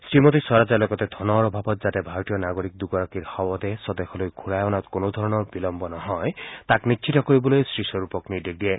শ্ৰীমতী স্বৰাজে লগতে ধনৰ অভাৱত যাতে ভাৰতীয় নাগৰিক দুগৰাকীৰ শৱদেহ স্বদেশলৈ ঘূৰাই অনাত কোনোধৰণৰ বিলম্ব নহয় তাক নিশ্চিত কৰিবলৈ শ্ৰীস্বৰূপক নিৰ্দেশ দিয়ে